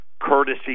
courtesy